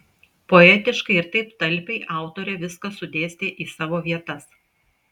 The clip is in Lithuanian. poetiškai ir taip talpiai autorė viską sudėstė į savo vietas